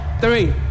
Three